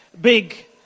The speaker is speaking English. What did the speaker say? Big